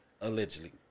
Allegedly